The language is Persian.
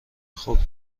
خوب